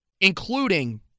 including